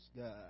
God